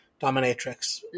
dominatrix